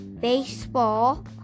baseball